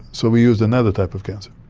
so we used another type of cancer,